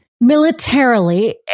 militarily